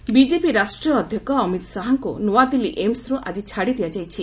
Shah AIIMS BJP ରାଷ୍ଟ୍ରୀୟ ଅଧ୍ୟକ୍ଷ ଅମିତ୍ ଶାହାଙ୍କୁ ନୂଆଦିଲ୍ଲୀ ଏମ୍ସ୍ରୁ ଆଜି ଛାଡ଼ି ଦିଆଯାଇଛି